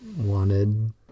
wanted